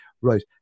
right